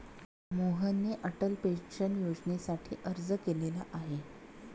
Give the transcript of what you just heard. मोहनने अटल पेन्शन योजनेसाठी अर्ज केलेला आहे